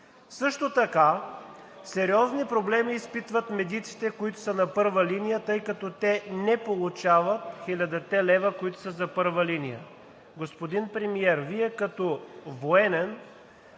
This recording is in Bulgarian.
Също така сериозни проблеми изпитват медиците, които са на първа линия, тъй като те не получават 1000 лв., които са за първа линия. Господин Премиер, Вие като военен